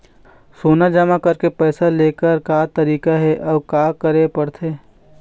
सोना जमा करके पैसा लेकर का तरीका हे अउ का करे पड़थे?